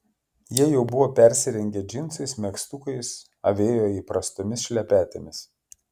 jie jau buvo persirengę džinsais megztukais avėjo įprastomis šlepetėmis